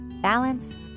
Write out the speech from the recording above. balance